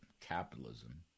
capitalism